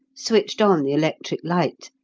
switched on the electric light,